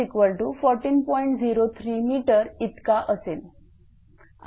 03 m इतका असेल